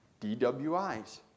DWIs